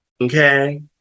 Okay